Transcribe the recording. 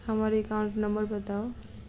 हम्मर account number बताऊ?